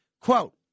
Quote